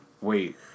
Wait